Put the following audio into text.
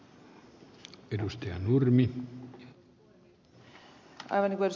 aivan niin kuin ed